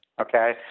Okay